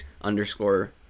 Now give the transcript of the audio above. underscore